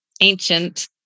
Ancient